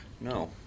No